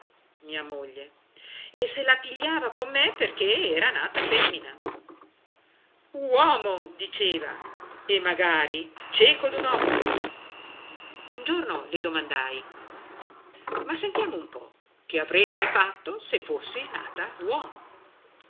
mia moglie e se la pigliava con me perché era nata femmina uomo diceva e magari cieco d'un occhio un giorno le domandai ma sentiamo un po che avresti fatto se fossi nata uomo